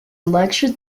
lectured